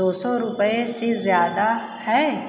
दो सौ रुपये से ज़्यादा है